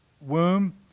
womb